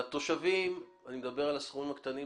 לתושבים בסכומים הקטנים,